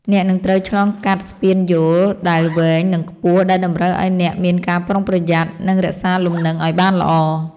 អ្នកនឹងត្រូវឆ្លងកាត់ស្ពានយោលដែលវែង និងខ្ពស់ ដែលតម្រូវឱ្យអ្នកមានការប្រុងប្រយ័ត្ន និងរក្សាលំនឹងឱ្យបានល្អ។